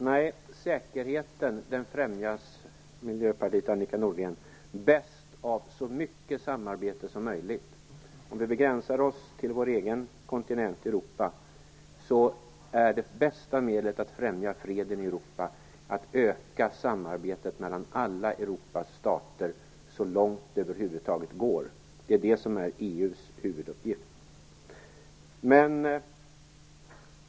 Herr talman! Nej, säkerheten främjas, Miljöpartiet och Annika Nordgren, bäst av så mycket samarbete som möjligt. Om vi begränsar oss till vår egen kontinent är det bästa medlet att främja freden i Europa att öka samarbetet mellan alla Europas stater så långt det över huvud taget går. Det är det som är EU:s huvuduppgift.